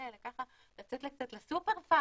לצאת קצת לסופר,